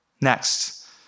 Next